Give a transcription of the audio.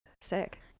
sick